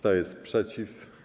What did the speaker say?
Kto jest przeciw?